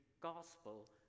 gospel